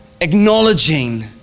acknowledging